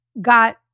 got